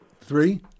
Three